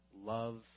love